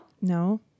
no